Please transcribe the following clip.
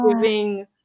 giving